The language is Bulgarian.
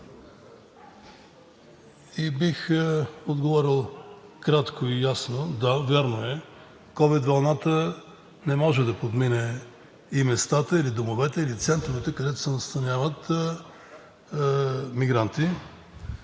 Бих отговорил кратко и ясно – да, вярно е, ковид вълната не може да подмине и местата или домовете, или центровете, където се настаняват мигранти.